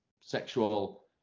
sexual